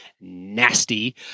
nasty